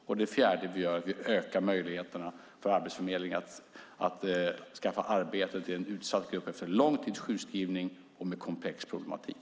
För det fjärde ökar vi möjligheterna för Arbetsförmedlingen att skaffa arbete till en utsatt grupp efter en lång tids sjukskrivning och som har en komplex problematik.